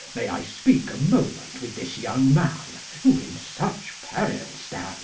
may i speak a moment with this young man, who in such peril